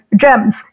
gems